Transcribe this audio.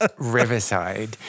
riverside